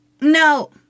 No